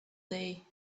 day